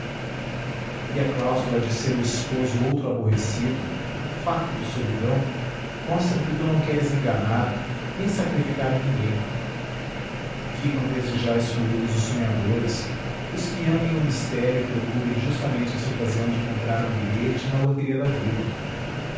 e a cláusula de ser o esposo outro aborrecido fato de solidão mostra que tu não queres enganar nem sacrificar ninguém ficam desde já excluídos os sonhadores os que amem o mistério e procurem justamente esta ocasião de comprar um bilhete na loteria da vida